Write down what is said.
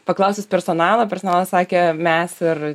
paklausus personalo personalas sakė mes ir